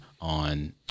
on